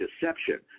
deception